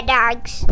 dogs